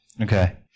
Okay